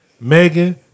Megan